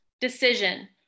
decision